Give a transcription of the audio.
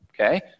okay